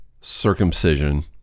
circumcision